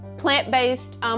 plant-based